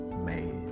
made